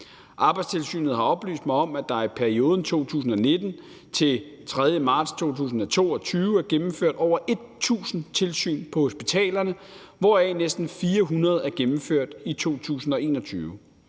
Arbejdstilsynet har oplyst mig om, at der i perioden fra 2019 til den 3. marts 2022 er gennemført over 1.000 tilsyn på hospitalerne, hvoraf næsten 400 er gennemført i 2021.